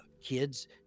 kids